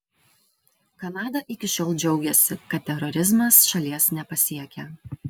kanada iki šiol džiaugėsi kad terorizmas šalies nepasiekia